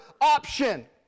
option